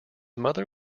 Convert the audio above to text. mother